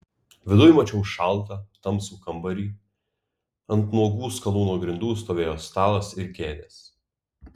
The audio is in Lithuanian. viduj mačiau šaltą tamsų kambarį ant nuogų skalūno grindų stovėjo stalas ir kėdės